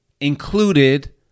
included